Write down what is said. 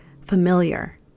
familiar